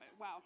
Wow